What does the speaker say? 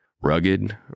Rugged